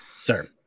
Sir